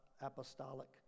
apostolic